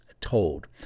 told